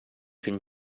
can